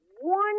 one